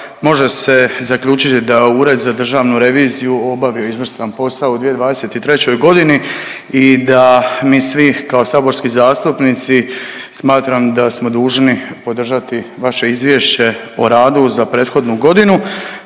može se zaključiti da Ured za državnu reviziju obavio izvrstan posao u 2023. godini i da mi svi kao saborski zastupnici smatram da smo dužni podržati vaše izvješće o radu za prethodnu godinu